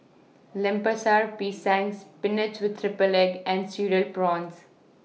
Lemper Sara Pisang Spinach with Triple Egg and Cereal Prawns